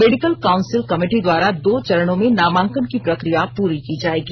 medical council committee द्वारा दो चरणों में नामांकन की प्रक्रिया पूरी जी जाएगी